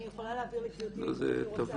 אני יכולה להעביר לגברתי את הנתונים.